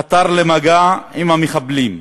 חתר למגע עם המחבלים,